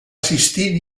assistir